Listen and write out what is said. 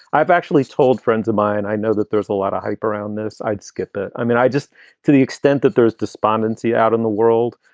i've actually told friends of mine, i know that there's a lot of hype around this. i'd skip that. i mean, i just to the extent that there's despondency out in the world,